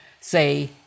say